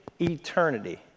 eternity